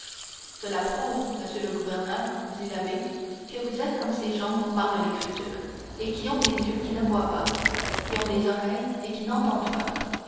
cela prouve monsieur le gouverneur dit l'abbé que vous êtes comme ces gens dont parle l'écriture qui ont des yeux et qui ne voient pas qui ont des oreilles et qui n'entendent pas